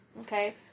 Okay